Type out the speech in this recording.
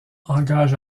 engage